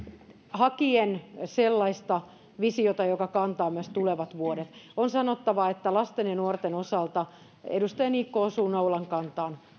hakien sellaista visiota joka kantaa myös tulevat vuodet on sanottava että lasten ja nuorten osalta edustaja niikko osuu naulan kantaan